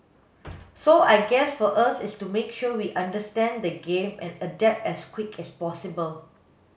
so I guess for us is to make sure we understand the game and adapt as quick as possible